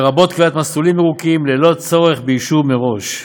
לרבות קביעת מסלולים ירוקים ללא צורך באישור מראש.